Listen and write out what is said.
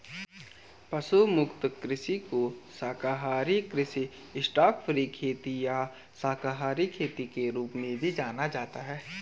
पशु मुक्त कृषि को शाकाहारी कृषि स्टॉकफ्री खेती या शाकाहारी खेती के रूप में भी जाना जाता है